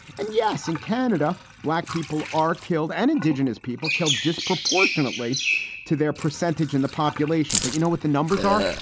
and yes, in canada, black people are killed and indigenous people killed disproportionately to their percentage in the population. but you know what the numbers are?